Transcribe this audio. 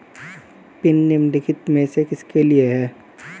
Pin निम्नलिखित में से किसके लिए है?